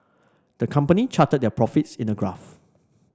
the company charted their profits in a graph